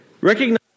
Recognize